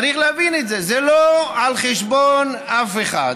צריך להבין את זה, זה לא על חשבון אף אחד.